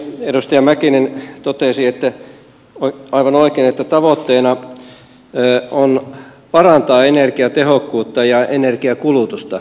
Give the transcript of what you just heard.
edustaja mäkinen totesi aivan oikein että tavoitteena on parantaa energiatehokkuutta ja energiankulutusta